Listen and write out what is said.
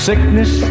Sickness